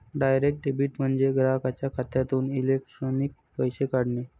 direct debit म्हणजे ग्राहकाच्या खात्यातून इलेक्ट्रॉनिक पैसे काढणे